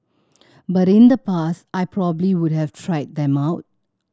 but in the past I probably would have tried them out